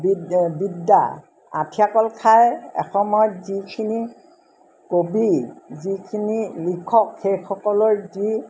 বিদ বিদ্যা আঠিয়া কল খাই এসময়ত যিখিনি কবি যিখিনি লিখক শেষসকলৰ যি